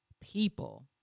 people